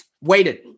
waited